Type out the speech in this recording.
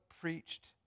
preached